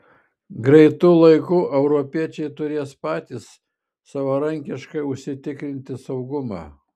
greitu laiku europiečiai turės patys savarankiškai užsitikrinti saugumą